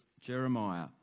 Jeremiah